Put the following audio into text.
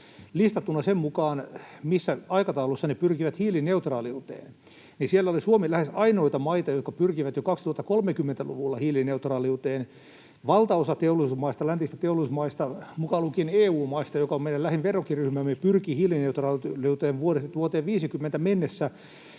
listattuna sen mukaan, missä aikataulussa ne pyrkivät hiilineutraaliuteen, ja siellä oli Suomi lähes ainoita maita, jotka pyrkivät jo 2030-luvulla hiilineutraaliuteen. Valtaosa läntisistä teollisuusmaista, mukaan lukien EU-maat, joka on meidän lähin verrokkiryhmämme, pyrkii hiilineutraaliuteen vuoteen 50 mennessä,